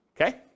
okay